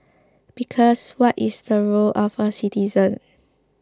because what is the role of a citizen